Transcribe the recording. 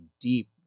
deep